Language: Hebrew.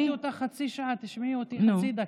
גלית, שמעתי אותך חצי שעה, תשמעי אותי חצי דקה.